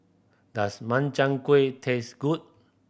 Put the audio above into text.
does Makchang Gui taste good